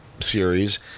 series